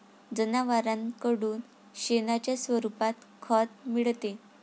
जनावरांकडून शेणाच्या स्वरूपात खत मिळते